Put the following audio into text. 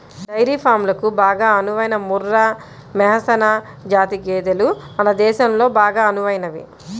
dairy ఫారంలకు బాగా అనువైన ముర్రా, మెహసనా జాతి గేదెలు మన దేశంలో బాగా అనువైనవి